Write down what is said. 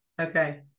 Okay